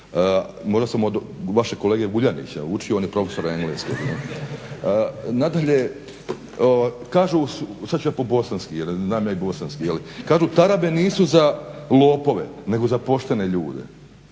Možda sam od vašeg kolege Vuljanića učio on je prof. engleskog. Nadalje, kažu sad ću ja po bosanski jer znam i ja bosanski – kažu tarabe nisu za lopove nego za poštene ljude.